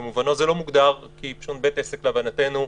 זה לא מוגדר, כי "בית עסק" להבנתנו,